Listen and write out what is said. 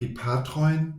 gepatrojn